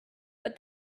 but